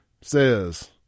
says